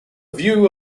view